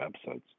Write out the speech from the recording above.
episodes